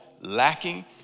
lacking